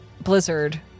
Blizzard